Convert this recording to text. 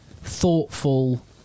thoughtful